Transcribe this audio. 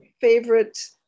Favorite